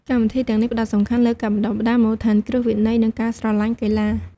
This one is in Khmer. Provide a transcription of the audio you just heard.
កម្មវិធីទាំងនេះផ្តោតសំខាន់លើការបណ្តុះបណ្តាលមូលដ្ឋានគ្រឹះ វិន័យ និងការស្រឡាញ់កីឡា។